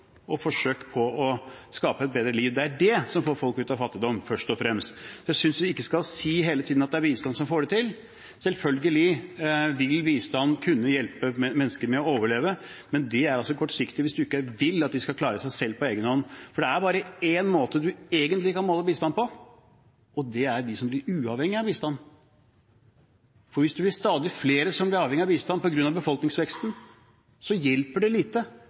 og forsøk på å skape et bedre liv. Det er det som får folk ut av fattigdom først og fremst. Jeg synes vi ikke skal si hele tiden at det er bistand som får det til. Selvfølgelig vil bistand kunne hjelpe mennesker med å overleve, men det er altså kortsiktig, hvis man ikke vil at de skal klare seg på egen hånd. Det er bare en måte man egentlig kan måle bistand på, og det er de som blir uavhengige av bistand. Hvis det blir stadig flere som blir avhengige av bistand på grunn av befolkningsveksten, hjelper det lite.